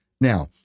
Now